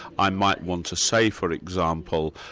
i might want to say, for example,